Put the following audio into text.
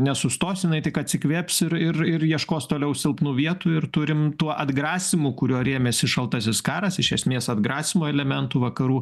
nesustos jinai tik atsikvėps ir ir ir ieškos toliau silpnų vietų ir turim tuo atgrasymu kuriuo rėmėsi šaltasis karas iš esmės atgrasymo elementų vakarų